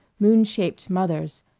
moon-shaped mothers,